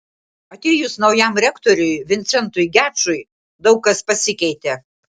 atėjus naujam rektoriui vincentui gečui daug kas pasikeitė